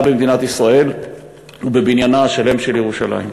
במדינת ישראל ובבניינה השלם של ירושלים.